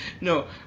No